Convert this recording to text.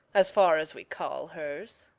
as far as we call hers.